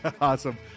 Awesome